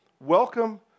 Welcome